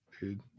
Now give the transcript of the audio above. dude